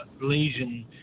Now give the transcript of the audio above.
lesion